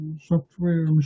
software